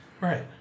Right